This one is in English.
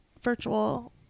virtual